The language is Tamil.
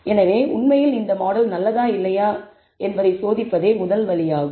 எனவே உண்மையில் இந்த மாடல் நல்லதா இல்லையா என்பதை சோதிப்பதே முதல் வழியாகும்